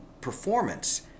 performance